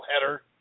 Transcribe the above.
header